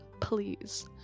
please